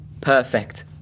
perfect